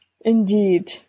Indeed